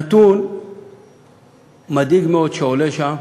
נתון מדאיג מאוד שעולה שם,